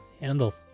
Handles